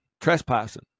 trespassing